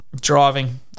driving